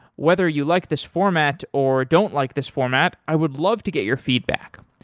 whether you like this format or don't like this format, i would love to get your feedback.